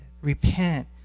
repent